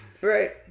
Right